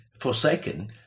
forsaken